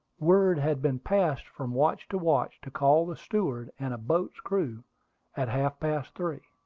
word had been passed from watch to watch to call the steward and a boat's crew at half past three.